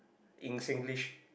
in Singlish